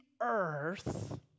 earth